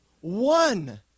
one